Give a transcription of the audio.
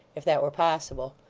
if that were possible,